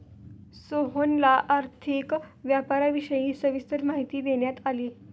सोहनला आर्थिक व्यापाराविषयी सविस्तर माहिती देण्यात आली